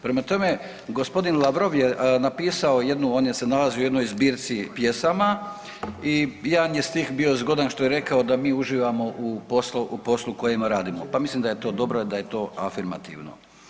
Prema tome, g. Lavrov je napisao jednu, on je se nalazio u jednoj zbirci pjesama i jedan je stih bio zgodan što je rekao da mi uživamo u poslu, u poslu u kojemu radimo, pa mislim da je to dobro, da je to afirmativno.